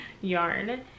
yarn